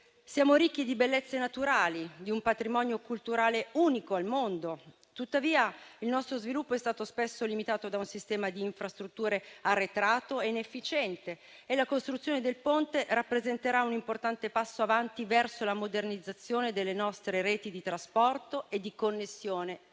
Siamo ricchi di bellezze naturali, di un patrimonio culturale unico al mondo. Tuttavia, il nostro sviluppo è stato spesso limitato da un sistema di infrastrutture arretrato e inefficiente e la costruzione del Ponte rappresenterà un importante passo avanti verso la modernizzazione delle nostre reti di trasporto e di connessione